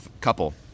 couple